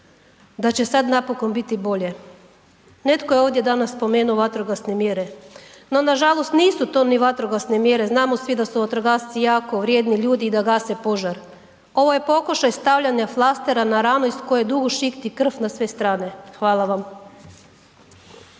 da će sad napokon biti bolje. Netko je ovdje danas spomenuo vatrogasne mjere, no nažalost nisu to ni vatrogasne mjere, znamo svi da su vatrogasci jako vrijedni ljudi i da gase požar. Ovo je pokušaj stavljanja flastera na radnu iz koje dugo šikti krv na sve strane. Hvala vam.